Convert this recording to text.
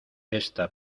esta